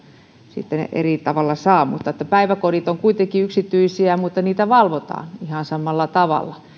jonka sitten eri tavoilla saa päiväkodit ovat kuitenkin yksityisiä mutta niitä valvotaan ihan samalla tavalla ja